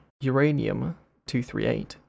uranium-238